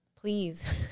please